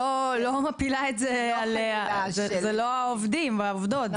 אני לא מפילה את זה על העובדים והעובדות,